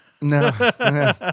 No